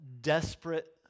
desperate